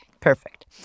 Perfect